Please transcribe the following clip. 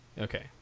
Okay